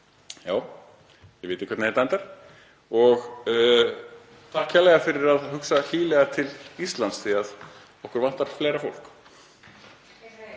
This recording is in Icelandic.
í — þið vitið hvernig þetta endar. Og takk kærlega fyrir að hugsa hlýlega til Íslands því að okkur vantar fleira fólk.